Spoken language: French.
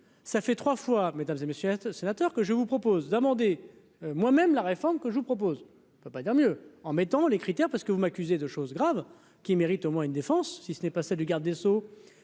ça fait trois fois mesdames et messieurs les sénateurs, que je vous propose d'amender moi même la réforme que je vous propose ne peut pas dire mieux en mettant les critères, parce que vous m'accusez de choses graves qui méritent au moins une défense, si ce n'est pas ça du garde des Sceaux,